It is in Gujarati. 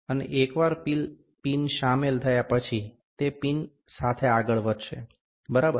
અને એકવાર પિન શામેલ થયા પછી તે પિન સાથે આગળ વધશે બરાબર